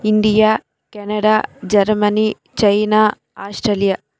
India Canada Germany China Australia